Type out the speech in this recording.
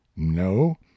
no